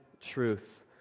truth